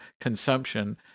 consumption